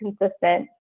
consistent